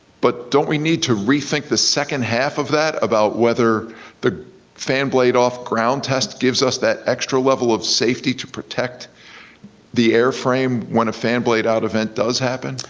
but don't we need to rethink the second half of that about whether the fan blade off ground test gives us that extra level of safety to protect the airframe when a fan blade out event does happen?